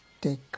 take